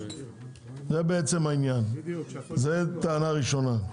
זה העניין, זו טענה ראשונה.